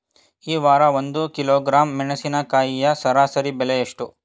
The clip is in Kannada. ಈ ವಾರ ಒಂದು ಕಿಲೋಗ್ರಾಂ ಮೆಣಸಿನಕಾಯಿಯ ಸರಾಸರಿ ಬೆಲೆ ಎಷ್ಟು?